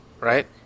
right